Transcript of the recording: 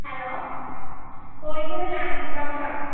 hello Kozhikode land ബ്രോക്കറാണോ